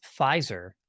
pfizer